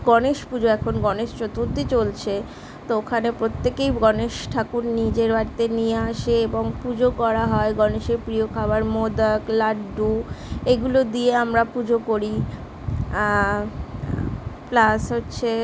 গণেশ পুজো এখন গণেশ চতুর্থী চলছে তো ওখানে প্রত্যেকেই গণেশ ঠাকুর নিজের বাড়িতে নিয়ে আসে এবং পুজো করা হয় গণেশের প্রিয় খাবার মোদক লাড্ডু এগুলো দিয়ে আমরা পুজো করি প্লাস হচ্ছে